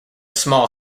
small